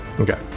okay